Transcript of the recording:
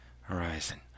Horizon